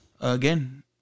again